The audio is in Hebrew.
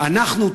אנחנו,